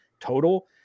total